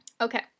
Okay